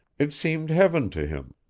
it seemed heaven to him.